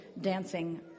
dancing